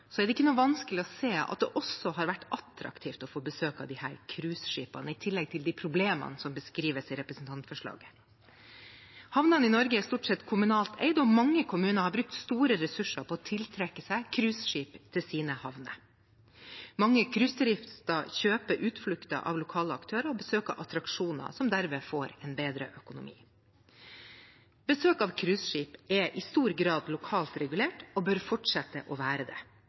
er det ikke noe vanskelig å se at det også har vært attraktivt å få besøk av disse cruiseskipene, i tillegg til de problemene som beskrives i representantforslaget. Havnene i Norge er stort sett kommunalt eid, og mange kommuner har brukt store ressurser på å tiltrekke seg cruiseskip til sine havner. Mange cruiseturister kjøper utflukter av lokale aktører og besøker attraksjoner som derved får en bedre økonomi. Besøk av cruiseskip er i stor grad lokalt regulert og bør fortsette å være det,